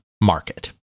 market